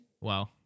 Wow